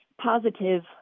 positive